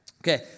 Okay